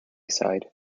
side